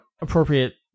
appropriate